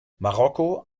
marokko